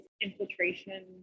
infiltration